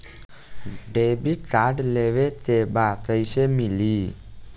Debit card लेवे के बा कईसे मिली?